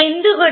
എന്തുകൊണ്ട്